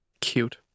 Cute